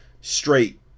straight